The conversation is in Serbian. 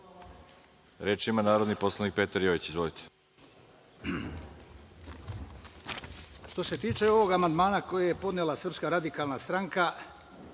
ima narodni poslanik Petar Jojić. Izvolite.